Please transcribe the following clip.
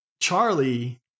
Charlie